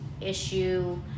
issue